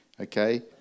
Okay